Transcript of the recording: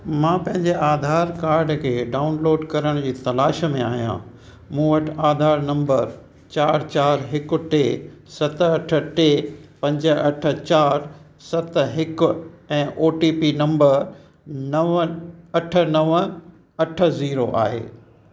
मां पंहिंजे आधार कार्ड खे डाउनलोड करण जी तलाश में आहियां मूं वटि आधार नंबर चारि चारि हिकु टे सत अठ टे पंज अठ चारि सत हिकु ऐं ओ टी पी अठ नव अठ ज़ीरो आहे